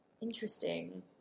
interesting